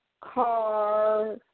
car